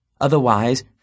Otherwise